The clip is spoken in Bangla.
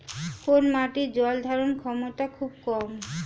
কোন মাটির জল ধারণ ক্ষমতা খুব কম?